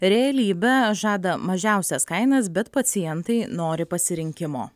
realybe žada mažiausias kainas bet pacientai nori pasirinkimo